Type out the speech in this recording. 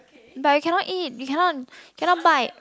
but you cannot eat you cannot cannot bite